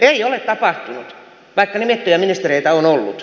ei ole tapahtunut vaikka nimettyjä ministereitä on ollut j